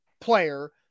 player